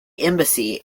embassy